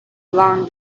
among